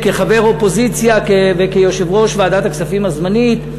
כחבר אופוזיציה וכיושב-ראש ועדת הכספים הזמנית,